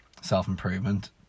self-improvement